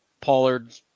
Pollard